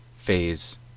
phase